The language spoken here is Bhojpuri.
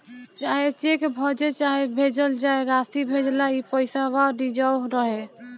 चाहे चेक भजे चाहे भेजल जाए, रासी भेजेला ई पइसवा रिजव रहे